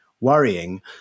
worrying